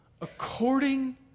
according